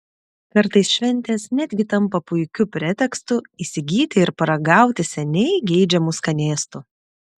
kartais šventės netgi tampa puikiu pretekstu įsigyti ir paragauti seniai geidžiamų skanėstų